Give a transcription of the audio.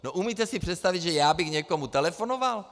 No umíte si představit, že já bych někomu telefonoval?